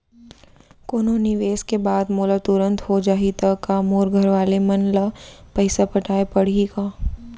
कोनो निवेश के बाद मोला तुरंत हो जाही ता का मोर घरवाले मन ला पइसा पटाय पड़ही का?